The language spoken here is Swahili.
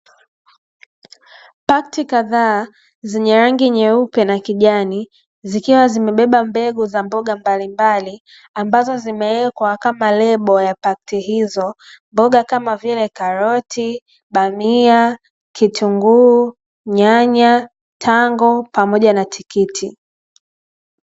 Pakiti kadhaa zenye rangi nyeupe na kijani zikiwa zimebeba mbegu za mboga mbalimbali ambazo zimewekwa kama lebo ya pakiti hizo, mboga kama vile karoti, bamia, kitunguu, nyanya, tango pamoja na tikiti.